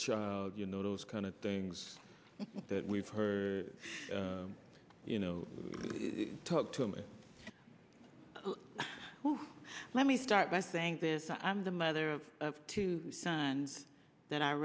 child you know those kind of things that we've heard you know talk to me let me start by saying this i'm the mother of two sons that are